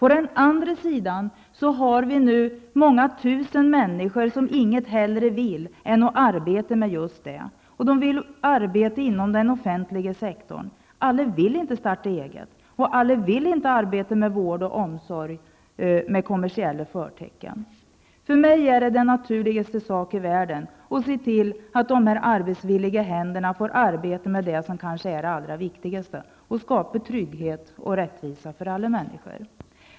Å andra sidan har vi många människor som inget hellre vill än att arbeta med just vården. De vill arbeta inom den offentliga sektorn. Alla vill inte starta eget, alla vill inte arbeta med vård och omsorg med kommersiella förtecken. För mig är det den naturligaste saken i världen att se till att dessa arbetsvilliga händer får arbeta med det som är det allra viktigaste: skapa trygghet och rättvisa för alla människor.